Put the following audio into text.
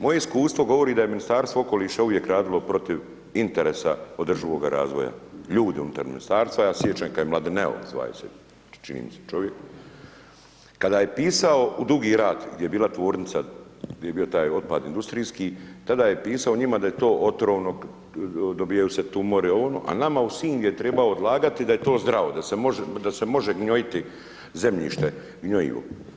Moje iskustvo govori da je Ministarstvo okoliša uvijek radilo protiv interesa održivoga razvoja, ljudi unutar ministarstva, ja se sjećam kad je Mladineo zvao se čini mi se čovjek, kada je pisao u Dugi rat gdje bila tvornica, gdje je bio taj otpad industrijski, tada je pisao o njima da je to otrovno, dobivaju se tumori, ovo, ono a nama u Sinj je trebao odlagati da je to zdravo, da se može gnojiti zemljište, gnojivo.